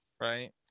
right